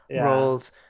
roles